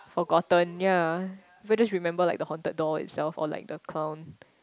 forgotten ya we just remember like the haunted doll itself or like the clown